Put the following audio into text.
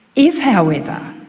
if however,